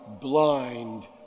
blind